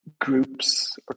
groups